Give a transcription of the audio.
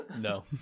No